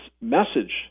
message